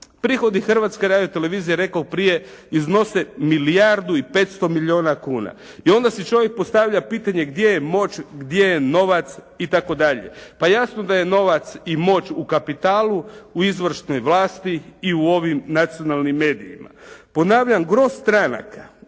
Prihodi Hrvatske radio-televizije rekoh prije iznose milijardu i 500 milijuna kuna. I onda si čovjek postavlja pitanje gdje je moć, gdje je novac i tako dalje? Pa jasno da je novac i moć u kapitalu, u izvršnoj vlasti i u ovim nacionalnim medijima. Ponavljam gro stranaka